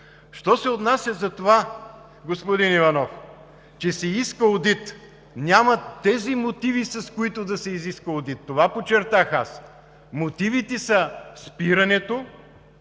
Що се отнася за това, господин Иванов, че се иска одит – няма тези мотиви, с които да се изиска одит, това подчертах аз. Мотивите са спирането